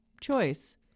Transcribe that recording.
choice